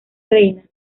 reina